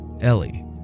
Ellie